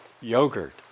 yogurt